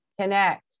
Connect